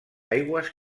aigües